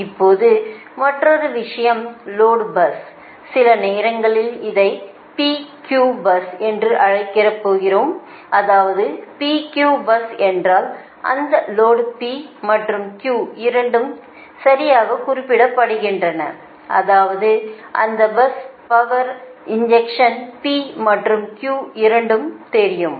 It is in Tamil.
இப்போது மற்றொரு விஷயம் லோடு பஸ் சில நேரங்களில் இதை PQ பஸ் என்று அழைக்கிறோம் அதாவது PQ பஸ் என்றால் அந்த லோடில் P மற்றும் Q இரண்டும் சரியாகக் குறிப்பிடப்படுகின்றன அதாவது அந்த பஸ் பவர் இன்ஜெக்ஷன் P மற்றும் Q இரண்டும் தெரியும்